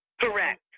Correct